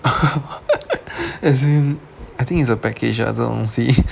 as in I think it's a package lah 这种东西